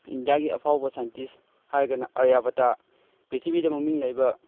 ꯏꯟꯗꯤꯌꯥꯒꯤ ꯑꯐꯥꯎꯕ ꯁꯥꯏꯟꯇꯤꯁ ꯍꯥꯏꯔꯒꯅ ꯑꯥꯔꯌꯥꯕꯇꯥ ꯄꯤꯛꯊ꯭ꯔꯤꯕꯤꯗ ꯃꯃꯤꯡ ꯂꯩꯕ